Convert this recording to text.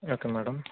okay madam